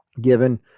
given